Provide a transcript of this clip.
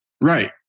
Right